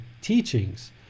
teachings